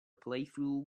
playful